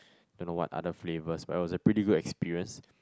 and no what other flavours but it was a pretty good experience